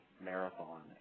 marathon